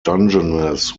dungeness